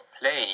playing